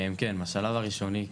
כן, בשלב הראשוני כן.